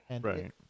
Right